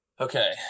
Okay